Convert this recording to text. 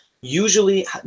usually